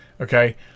okay